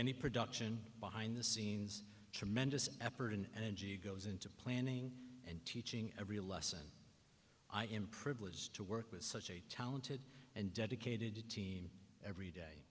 any production behind the scenes tremendous effort and energy goes into planning and teaching every lesson i am privileged to work with such a talented and dedicated team every day